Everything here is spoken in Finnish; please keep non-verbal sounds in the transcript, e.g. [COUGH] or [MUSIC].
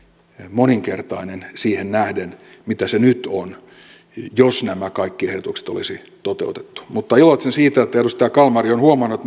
moninkertainen siihen nähden mitä se nyt on jos nämä kaikki ehdotukset olisi toteutettu mutta iloitsen siitä että edustaja kalmari on huomannut [UNINTELLIGIBLE]